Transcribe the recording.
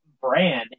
brand